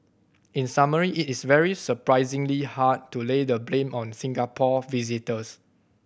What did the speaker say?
in summary it is very surprisingly hard to lay the blame on Singapore visitors